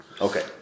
Okay